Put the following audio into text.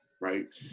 right